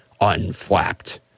unflapped